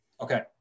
Okay